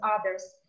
others